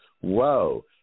whoa –